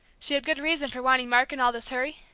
she had good reason for wanting mark in all this hurry?